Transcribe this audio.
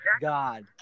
God